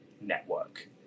network